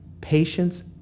patience